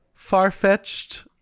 far-fetched